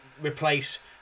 replace